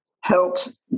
helps